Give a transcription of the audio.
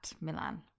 Milan